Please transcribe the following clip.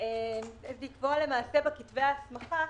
כתבי הסמכה.